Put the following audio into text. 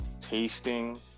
tasting